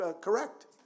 correct